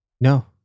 No